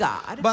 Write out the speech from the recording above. God